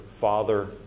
father